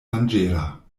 danĝera